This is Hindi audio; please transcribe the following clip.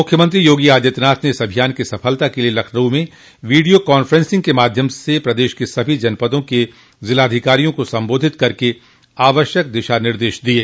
मुख्यमंत्री योगी आदित्यनाथ ने इस अभियान को सफलता के लिये लखनऊ में वीडियो कांफ्रेंसिंग के माध्यम से प्रदेश के सभी जनपदों के जिलाधिकारियों को संबोधित कर आवश्यक दिशा निर्देश दिये